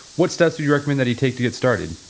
what steps do you recommend that he take to get started?